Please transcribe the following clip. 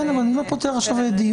בסדר, אבל אני לא פותח עכשיו לדיון.